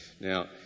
Now